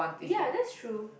ya that's true